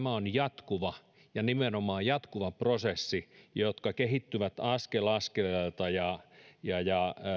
tämä on jatkuva ja nimenomaan jatkuva prosessi joka kehittyy askel askeleelta ja ja